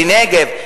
בנגב.